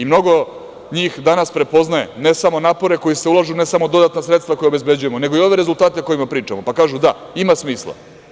Mnogo njih danas prepoznaje ne samo napore koji se ulažu, ne samo dodatna sredstva koja obezbeđujemo, nego i ove rezultate o kojima pričamo, pa kažu – da, ima smisla.